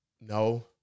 no